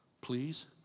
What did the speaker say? Please